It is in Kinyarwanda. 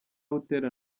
butera